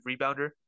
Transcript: rebounder